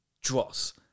dross